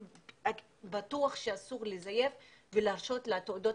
בטוח שאסור לזייף ולהרשות לתעודות